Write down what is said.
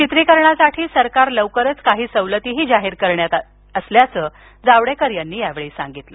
चित्रीकरणासाठी सरकार लवकरच काही सवलतीही जाहीर करणार असल्याचंही जावडेकर यांनी यावेळी सांगितलं